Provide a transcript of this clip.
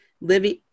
living